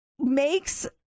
makes